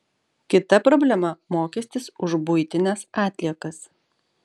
kita problema mokestis už buitines atliekas